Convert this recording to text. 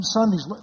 Sundays